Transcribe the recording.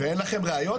ואין לכם ראיות?